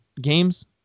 games